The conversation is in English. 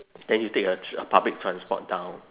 then you take a a public transport down